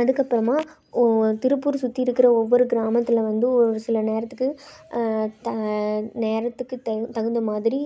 அதுக்கப்புறமா திருப்பூரை சுற்றி இருக்கிற ஒவ்வொரு கிராமத்தில் வந்தும் ஒரு சில நேரத்துக்கு த நேரத்துக்கு தகு தகுந்த மாதிரி